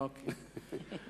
אוקיי.